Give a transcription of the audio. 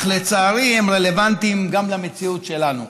אך לצערי הם רלוונטיים גם למציאות שלנו.